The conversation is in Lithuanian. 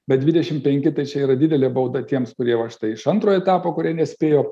bet dvidešim penki tai čia yra didelė bauda tiems kurie va štai iš antrojo etapo kurie nespėjo